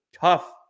tough